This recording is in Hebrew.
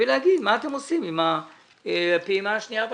ולומר מה אתם עושים עם הפעימה השנייה והשלישית.